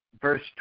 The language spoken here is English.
Verse